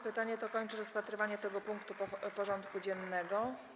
Pytanie to kończy rozpatrywanie tego punktu porządku dziennego.